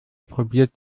probiert